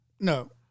No